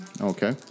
Okay